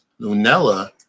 Lunella